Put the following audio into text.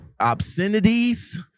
obscenities